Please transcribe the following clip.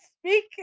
speak